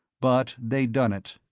but they'd done it.